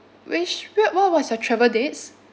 which w~ what was your travel dates